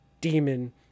demon